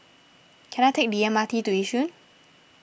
can I take the M R T to Yishun